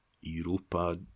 Europa